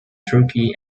turkey